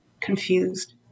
confused